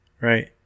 right